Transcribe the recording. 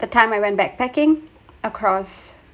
the time I went backpacking across